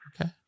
okay